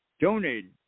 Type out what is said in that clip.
donated